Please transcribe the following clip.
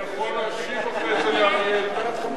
אני יכול להשיב אחרי זה לאריה אלדד?